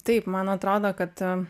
taip man atrodo kad